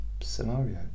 scenario